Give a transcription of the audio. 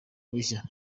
bishya